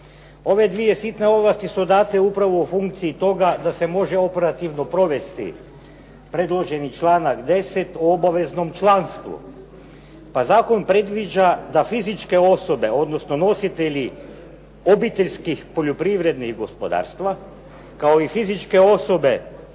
Ove dvije sitne ovlasti su date upravo u funkciji toga da se može operativno provesti predloženi članak 10. o obaveznom članstvu. Pa zakon predviđa da fizičke osobe, odnosno nositelji obiteljskih poljoprivrednih gospodarstava kao i fizičke osobe